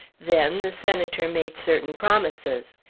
then the senator made certain promises.